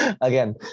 Again